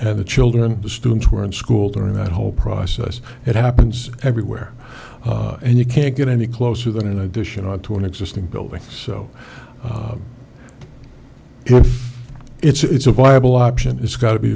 and the children the students were in school during that whole process it happens everywhere and you can't get any closer than an addition onto an existing building so if it's a viable option it's got to be